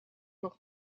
nog